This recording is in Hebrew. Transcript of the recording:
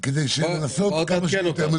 כדי לנסות כמה שיותר,